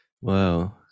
Wow